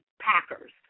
Packers